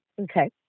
Okay